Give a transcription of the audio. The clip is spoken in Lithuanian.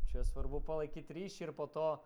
čia svarbu palaikyt ryšį ir po to